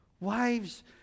Wives